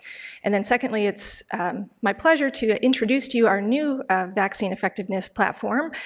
and then, secondly, it's my pleasure to introduce to you our new vaccine effectiveness platform,